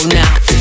now